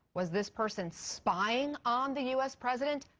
was this person spying on the u s. president?